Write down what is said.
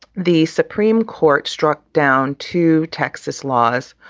the supreme court struck down to texas laws,